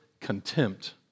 contempt